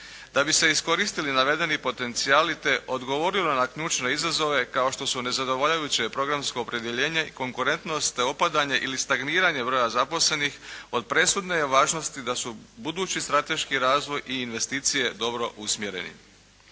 Da bi se iskoristili navedeni potencijali, te odgovorila na ključne izazove, kao što su nezadovoljavajuće programsko opredjeljenje i konkurentnost, te opadanje ili stagniranje broja zaposlenih, od presudne je važnosti da su budući strateški razvoj i investicije dobro usmjereni.